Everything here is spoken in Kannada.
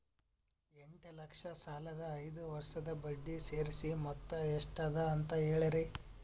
ಎಂಟ ಲಕ್ಷ ಸಾಲದ ಐದು ವರ್ಷದ ಬಡ್ಡಿ ಸೇರಿಸಿ ಮೊತ್ತ ಎಷ್ಟ ಅದ ಅಂತ ಹೇಳರಿ?